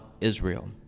Israel